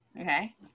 Okay